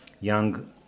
young